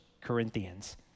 Corinthians